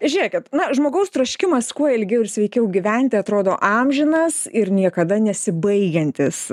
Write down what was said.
žiūrėkit na žmogaus troškimas kuo ilgiau ir sveikiau gyventi atrodo amžinas ir niekada nesibaigiantis